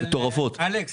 אלכס,